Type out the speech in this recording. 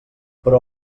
però